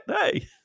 hey